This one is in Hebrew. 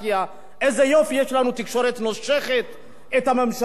איזה יופי שיש לנו תקשורת שנושכת את הממשלה,